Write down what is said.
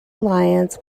alliance